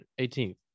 18th